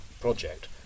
project